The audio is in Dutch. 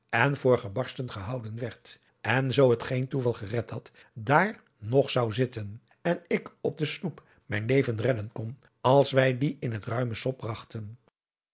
voor gebarsten gehouden werd en zoo het geen toeval gered had daar nog zou zitten en ik op de sloep mijn leven redden kon als wij die in het ruime sop bragten